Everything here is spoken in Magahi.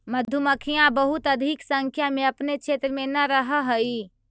मधुमक्खियां बहुत अधिक संख्या में अपने क्षेत्र में न रहअ हई